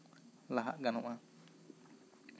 ᱞᱟᱦᱟᱜ ᱜᱟᱱᱚᱜᱼᱟ